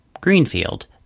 Greenfield